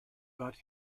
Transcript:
but